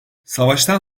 savaştan